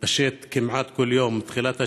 מתפשטת כמעט כל יום מתחילת השנה.